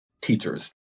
teachers